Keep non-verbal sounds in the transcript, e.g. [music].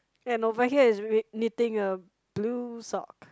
and over here is [noise] knitting a blue sock